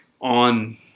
on